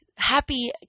Happy